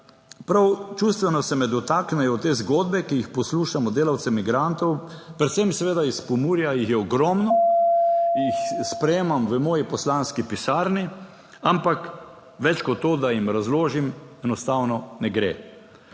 prav čustveno se me dotaknejo te zgodbe, ki jih poslušamo delavcev migrantov, predvsem seveda iz Pomurja, jih je ogromno, jih sprejemam v moji poslanski pisarni, ampak več kot to, da jim razložim, enostavno ne gre.